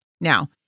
Now